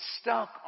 stuck